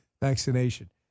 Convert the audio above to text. vaccination